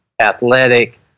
athletic